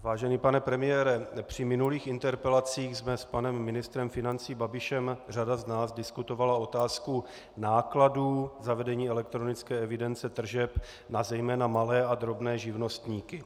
Vážený pane premiére, při minulých interpelacích jsme s panem ministrem financí Babišem řada z nás diskutovala otázku nákladů zavedení elektronické evidence tržeb na zejména malé a drobné živnostníky.